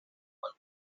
will